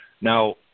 Now